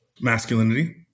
Masculinity